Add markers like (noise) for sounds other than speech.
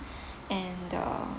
(breath) and the